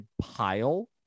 pile